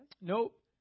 Nope